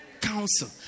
Counsel